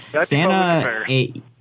Santa